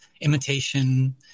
imitation